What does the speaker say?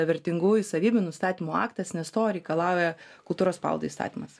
vertingųjų savybių nustatymo aktas nes to reikalauja kultūros paveldo įstatymas